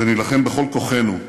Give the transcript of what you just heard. ונילחם בכל כוחנו,